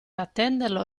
attenderlo